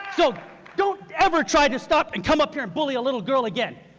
so don't ever try to stop and come up here and bully a little girl again.